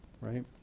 right